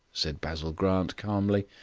said basil grant calmly.